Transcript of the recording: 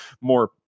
more